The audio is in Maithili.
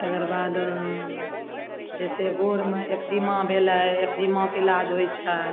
तकर बाद जैसे गोरमे एक्जिमा भेलय एक्जिमाके इलाज होइ छै